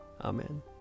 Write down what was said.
Amen